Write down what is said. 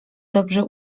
dobrze